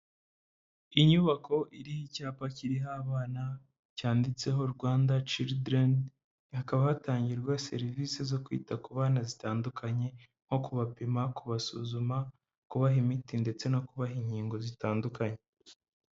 Inyubako iriho icyapa kiriho abana cyanditseho Rwanda children, hakaba hatangirwa serivisi zo kwita ku bana zitandukanye, nko kubapima, kubasuzuma, kubaha imiti ndetse no kubaha inkingo zitandukanye.